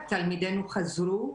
תלמידינו חזרו ללימודים,